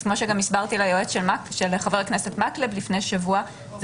אז כפי שהסברתי ליועץ של חבר הכנסת מקלב לפני שבוע אלה